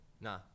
Nah